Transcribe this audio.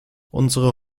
unsere